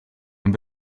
een